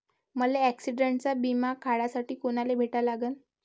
मले ॲक्सिडंटचा बिमा काढासाठी कुनाले भेटा लागन?